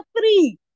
three